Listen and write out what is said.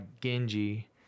Genji